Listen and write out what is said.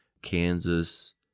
kansas